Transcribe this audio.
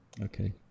okay